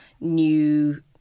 new